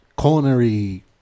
culinary